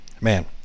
man